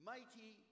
Mighty